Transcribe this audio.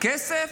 כסף,